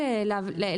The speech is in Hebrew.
אדוני היושב-ראש,